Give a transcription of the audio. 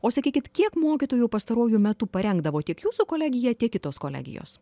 o sakykit kiek mokytojų pastaruoju metu parengdavo tiek jūsų kolegija tiek kitos kolegijos